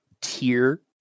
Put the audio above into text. tier